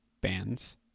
Bands